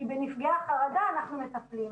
בנפגעי החרדה אנחנו מטפלים.